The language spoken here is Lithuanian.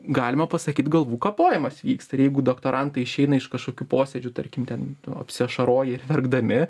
galima pasakyt galvų kapojimas vyksta ir jeigu doktorantai išeina iš kažkokių posėdžių tarkim ten apsiašaroję ir verkdami